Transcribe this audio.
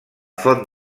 font